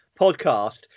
podcast